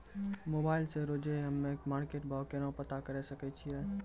Mobile से रोजे हम्मे मार्केट भाव केना पता करे सकय छियै?